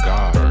God